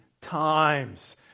times